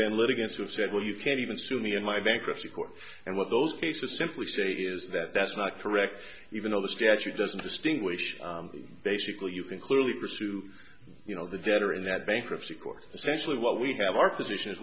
been laid against have said well you can't even sue me in my bankruptcy court and what those cases simply state is that that's not correct even though the statute doesn't distinguish basically you can clearly pursue you know the debtor in that bankruptcy court essentially what we have our position is